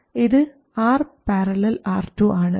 ഇത് R parallel R2 ആണ്